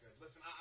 Listen